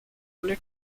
under